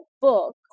book